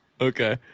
okay